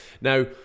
Now